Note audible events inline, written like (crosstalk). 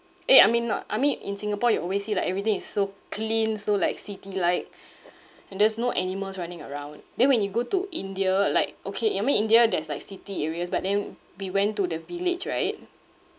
eh I mean not I mean in singapore you always see like everything is so clean so like city like (breath) and there's no animals running around then when you go to india like okay I mean india there's like city areas but then we went to the village right